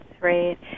right